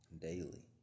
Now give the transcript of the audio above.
Daily